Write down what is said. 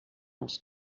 els